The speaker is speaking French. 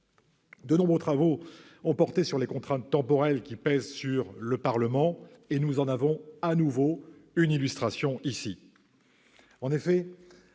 De nombreux travaux ont porté sur les contraintes temporelles qui pèsent sur les travaux parlementaires, et nous en avons de nouveau une illustration ici.